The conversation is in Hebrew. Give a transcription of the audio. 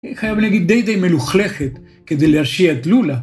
חייב להגיד די די מלוכלכת כדי להרשיע את לולה.